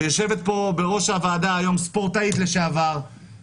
ויושבת פה בראש הוועדה היום ספורטאית לשעבר,